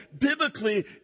Biblically